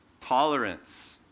Tolerance